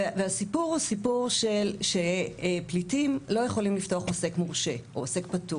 והסיפור הוא סיפור שפליטים לא יכולים לפתוח עוסק מורשה או עוסק פטור.